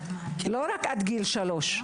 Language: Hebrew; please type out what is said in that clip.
לא רק עד גיל שלוש.